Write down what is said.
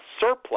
surplus